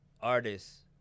artists